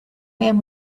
man